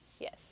Yes